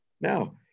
Now